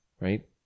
right